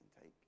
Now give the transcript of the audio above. take